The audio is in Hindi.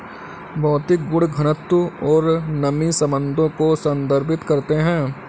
भौतिक गुण घनत्व और नमी संबंधों को संदर्भित करते हैं